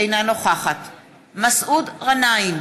אינה נוכחת מסעוד גנאים,